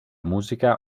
musica